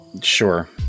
sure